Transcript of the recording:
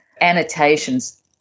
Annotations